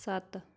ਸੱਤ